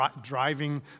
driving